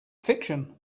fiction